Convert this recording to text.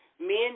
Men